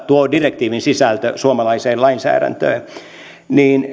tuo direktiivin sisältö suomalaiseen lainsäädäntöön niin